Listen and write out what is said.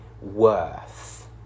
worth